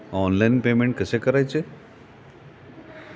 Online payment कसे करायचे?